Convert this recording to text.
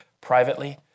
privately